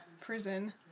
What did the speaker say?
prison